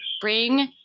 bring